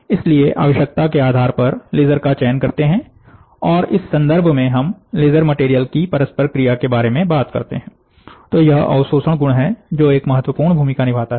इसलिए आवश्यकता के आधार पर लेज़र का चयन करते हैं और इस संदर्भ में जब हम लेजर मटेरियल की परस्पर क्रिया के बारे में बात करते हैं तो यह अवशोषण गुण है जो एक महत्वपूर्ण भूमिका निभाता है